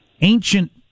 ancient